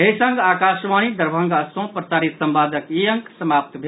एहि संग आकाशवाणी दरभंगा सँ प्रसारित संवादक ई अंक समाप्त भेल